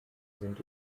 sind